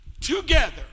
together